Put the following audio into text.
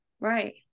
right